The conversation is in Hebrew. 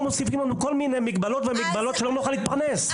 מוסיפים לנו כל מיני מגבלות ולא נוכל להתפרנס.